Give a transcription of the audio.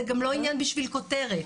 זה גם לא עניין בשביל כותרת.